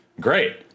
great